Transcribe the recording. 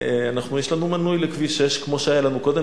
יש לנו מינוי לכביש 6 כמו שהיה לנו קודם,